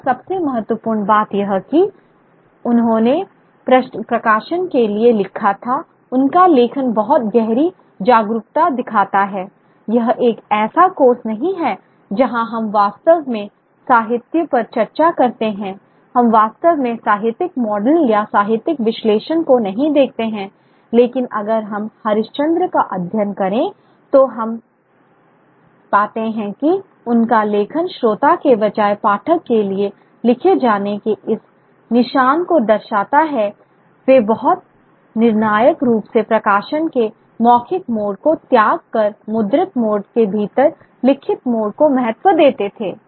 और सबसे महत्वपूर्ण बात यह है कि उन्होंने प्रकाशन के लिए लिखा था उनका लेखन बहुत गहरी जागरूकता दिखाता है यह एक ऐसा कोर्स नहीं है जहां हम वास्तव में साहित्य पर चर्चा करते हैं हम वास्तव में साहित्यिक मॉडल या साहित्यिक विश्लेषण को नहीं देखते हैं लेकिन अगर हम हरिश्चंद्र का अध्ययन करें तो हम पाते हैं कि उनका लेखन श्रोता के बजाय पाठक के लिए लिखे जाने के इस निशान को दर्शाता है वे बहुत निर्णायक रूप से प्रकाशन के मौखिक मोड को त्याग कर मुद्रित मोड के भीतर लिखित मोड को महत्व देते थे